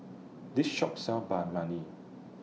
This Shop sells Banh Mani